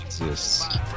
Yes